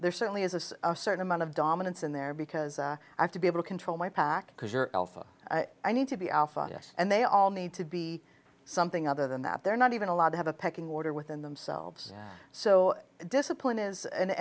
there certainly is a certain amount of dominance in there because i have to be able to control my pack because your alpha i need to be alpha yes and they all need to be something other than that they're not even allowed to have a pecking order within themselves so discipline is an